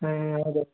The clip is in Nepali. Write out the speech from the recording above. ए हजुर